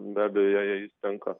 be abejo jai jai tenka